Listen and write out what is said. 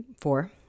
four